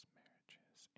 marriages